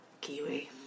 Kiwi